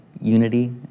unity